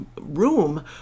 room